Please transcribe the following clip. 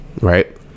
right